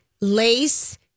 lace